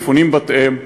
מפונים מבתיהם,